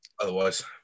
otherwise